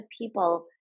people